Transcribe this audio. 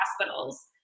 hospitals